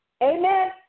Amen